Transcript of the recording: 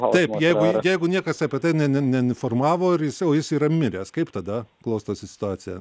taip jeigu jeigu niekas apie tai ne ne neinformavo ir jis o jis yra miręs kaip tada klostosi situacija